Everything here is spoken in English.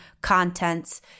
contents